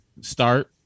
start